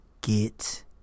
Get